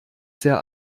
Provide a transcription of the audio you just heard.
sehr